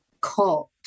cult